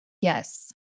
Yes